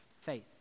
faith